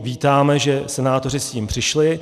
Vítáme, že senátoři s tím přišli.